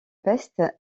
peste